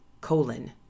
colon